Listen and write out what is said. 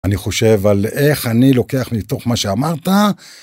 אני חושב על איך אני לוקח מתוך מה שאמרת.